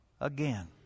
again